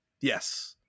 yes